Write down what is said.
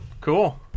cool